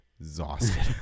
exhausted